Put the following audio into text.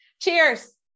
Cheers